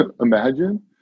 imagine